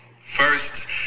First